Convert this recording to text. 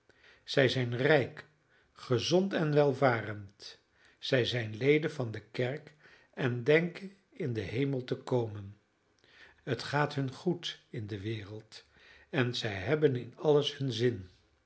zij zijn rijk gezond en welvarend zij zijn leden van de kerk en denken in den hemel te komen het gaat hun goed in de wereld en zij hebben in alles hun zin